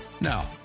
Now